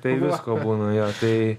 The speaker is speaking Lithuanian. tai visko būna jo tai